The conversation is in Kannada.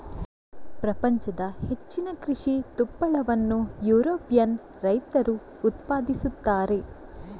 ಪ್ರಪಂಚದ ಹೆಚ್ಚಿನ ಕೃಷಿ ತುಪ್ಪಳವನ್ನು ಯುರೋಪಿಯನ್ ರೈತರು ಉತ್ಪಾದಿಸುತ್ತಾರೆ